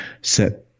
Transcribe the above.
set